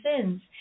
sins